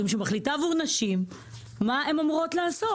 שמחליטה עבור נשים מה הן אמורות לעשות.